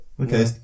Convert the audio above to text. Okay